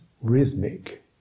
Rhythmic